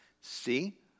see